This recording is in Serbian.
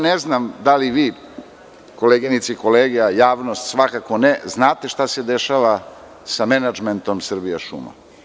Ne znam da li vi koleginice i kolege, a javnost svakako ne, znate šta se dešava sa menadžmentom „Srbijašuma“